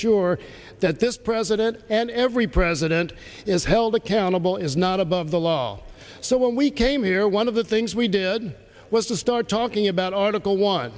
sure that this president and every president is held accountable is not above the law so when we came here one of the things we did was to start talking about article one